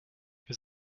wir